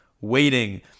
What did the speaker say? waiting